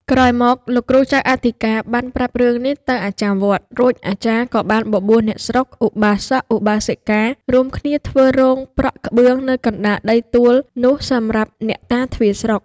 ក្រោយមក លោកគ្រូចៅអធិការបានប្រាប់រឿងនេះទៅអាចារ្យវត្ត រួចអាចារ្យក៏បានបបួលអ្នកស្រុក ឧបាសក-ឧបាសិកា រួមគ្នាធ្វើរោងប្រក់ក្បឿងនៅកណ្ដាលដីទួលនោះសម្រាប់អ្នកតាទ្វារស្រុក ។